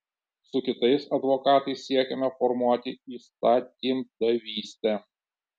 su kitais advokatais siekiame formuoti įstatymdavystę